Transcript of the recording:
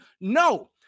No